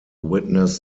witness